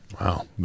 Wow